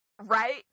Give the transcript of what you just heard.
Right